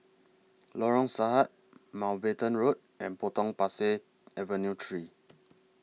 Lorong Sahad Mountbatten Road and Potong Pasir Avenue three